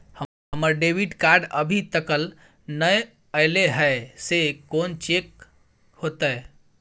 हमर debit card अभी तकल नय अयले हैं, से कोन चेक होतै?